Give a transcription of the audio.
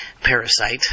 parasite